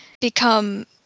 become